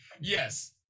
yes